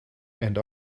and